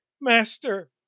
Master